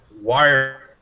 wire